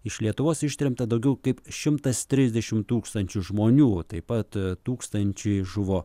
iš lietuvos ištremta daugiau kaip šimtas trisdešim tūkstančių žmonių taip pat tūkstančiai žuvo